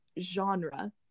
genre